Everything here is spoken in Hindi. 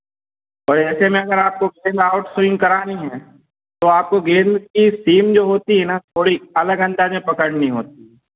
और ऐसे में अगर आपको सही में आउट स्विंग करानी हैं तो आपको गेम उसकी सीम जो होती है न थोड़ी अलग अंदाज में पकड़नी होती है